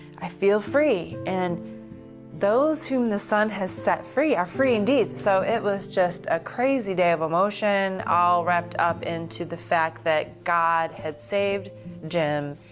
i feel free. and those whom the son has set free, are free indeed. so it was just a crazy day of emotion all wrapped up into the fact that god had saved jim.